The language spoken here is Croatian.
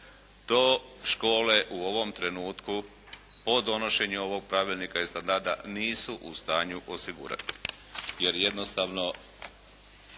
To škole u ovom trenutku od donošenja ovog pravilnika i standarda nisu u stanju osigurati,